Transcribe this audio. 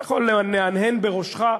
אתה יכול להנהן בראשך,